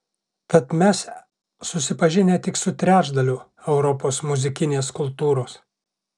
tad mes susipažinę tik su trečdaliu europos muzikinės kultūros